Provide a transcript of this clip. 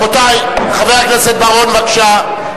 חבר הכנסת בר-און, בבקשה.